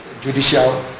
judicial